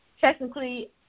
technically